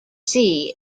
sea